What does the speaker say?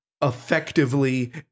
effectively